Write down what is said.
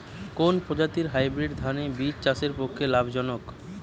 কোন প্রজাতীর হাইব্রিড ধান বীজ চাষের পক্ষে লাভজনক?